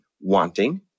wanting